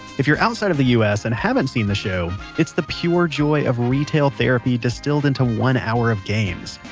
if you're outside of the us and haven't seen the show, it's the pure joy of retail therapy distilled into one hour of games.